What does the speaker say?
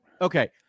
Okay